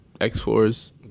X-Force